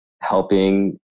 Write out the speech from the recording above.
helping